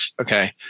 Okay